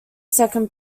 second